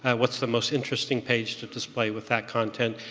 and what's the most interesting page to display with that content?